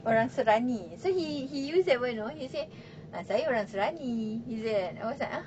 orang serani so he he used that word you know he say saya orang serani he say like that I was like ah